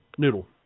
Noodle